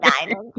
Nine